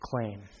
Claim